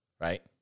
right